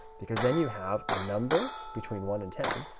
because then you have a number between one and ten,